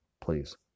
please